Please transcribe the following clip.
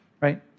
right